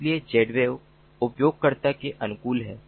इसलिए Zwave उपयोगकर्ता के अनुकूल है